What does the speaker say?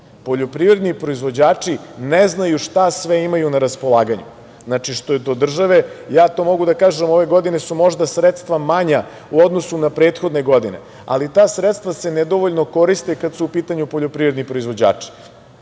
Poljoprivredni proizvođači ne znaju šta sve imaju na raspolaganju. Znači, što je do države, ja to mogu da kažem, ove godine su možda sredstva manja u odnosu na prethodne godine, ali ta sredstva se nedovoljno koriste kada su u pitanju poljoprivredni proizvođači. Znači,